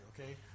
Okay